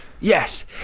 yes